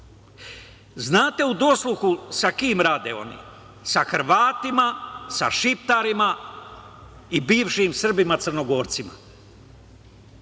Znate u dosluhu sa kim rade oni? Sa Hrvatima, sa šiptarima i bivšim Srbima Crnogorcima.